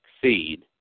succeed